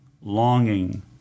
longing